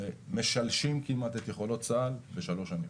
שמשלשים כמעט את יכולות צה"ל בשלוש שנים.